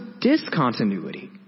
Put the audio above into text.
discontinuity